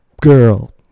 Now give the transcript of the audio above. girl